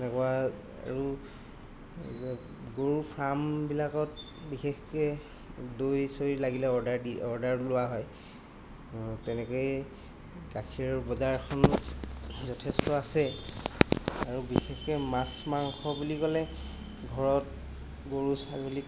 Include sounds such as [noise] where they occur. তেনেকুৱা আৰু [unintelligible] গৰু ফাৰ্মবিলাকত বিশেষকৈ দৈ চৈ লাগিলে অৰ্ডাৰ দি অৰ্ডাৰ লোৱা হয় তেনেকৈয়ে গাখীৰ বজাৰখন যথেষ্ট আছে আৰু বিশেষকৈ মাছ মাংস বুলি ক'লে ঘৰত গৰু ছাগলী